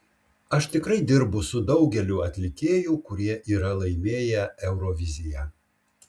aš tikrai dirbu su daugeliu atlikėjų kurie yra laimėję euroviziją